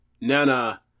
Nana